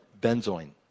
benzoin